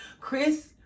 Chris